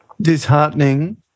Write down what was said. disheartening